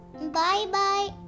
bye-bye